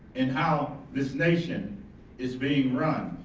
in how this nation is being run.